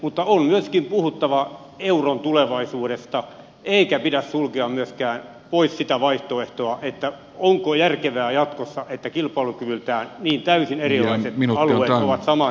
mutta on myöskin puhuttava euron tulevaisuudesta eikä pidä sulkea myöskään pois sitä vaihtoehtoa onko järkevää jatkossa että kilpailukyvyltään niin täysin erilaiset alueet kuin nyt ovat saman valuuttakurssin piirissä